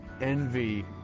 envy